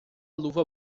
luva